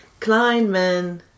Kleinman